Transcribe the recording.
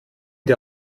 der